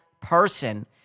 person